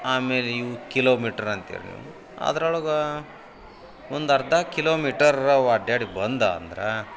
ಆಮೇಲೆ ಇವು ಕಿಲೋಮೀಟ್ರ್ ಅಂತೀರಿ ನೀವು ಅದ್ರೊಳಗೆ ಒಂದು ಅರ್ಧ ಕಿಲೋಮೀಟರ್ ಅವ ಅಡ್ಡಾಡಿ ಬಂದ ಅಂದ್ರೆ